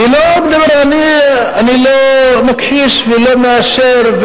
אני לא מכחיש ולא מאשר.